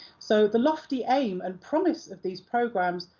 so, the lofty aim and promise of these programmes,